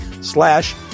slash